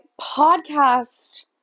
podcast